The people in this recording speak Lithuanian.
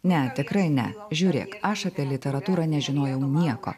ne tikrai ne žiūrėk aš apie literatūrą nežinojau nieko